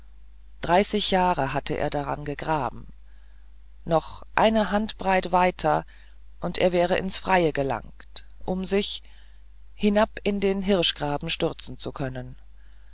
dreißig jahre hatte er daran gegraben noch eine handbreit weiter und er wäre ins freie gelangt um sich hinab in den hirschgraben stürzten zu können